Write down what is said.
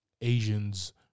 Asians